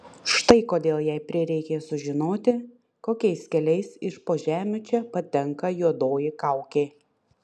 štai kodėl jai prireikė sužinoti kokiais keliais iš po žemių čia patenka juodoji kaukė